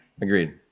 Agreed